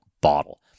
bottle